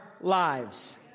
lives